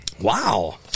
Wow